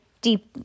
deep